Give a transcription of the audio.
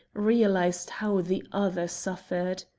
realized how the other suffered.